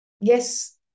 yes